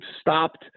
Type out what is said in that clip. stopped